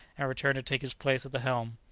and returned to take his place at the helm.